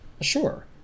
Sure